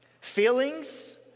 Feelings